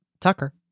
Tucker